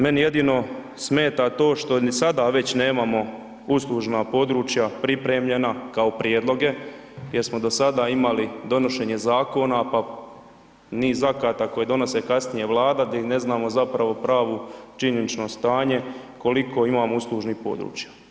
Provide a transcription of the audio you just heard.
Meni jedino smeta to što ni sada već nemamo uslužna područja pripremljena kao prijedloge jer smo do sada imali donošenje zakona, pa niz akata koje donose kasnije Vlada, di ne znamo zapravo pravo činjenično stanje koliko imamo uslužnih područja.